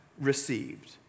received